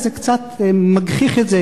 זה קצת מגחיך את זה,